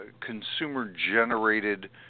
consumer-generated